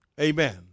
Amen